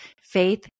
faith